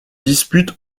dispute